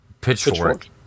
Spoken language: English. pitchfork